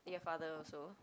your father also